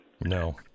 No